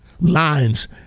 Lines